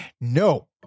No